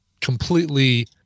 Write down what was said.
completely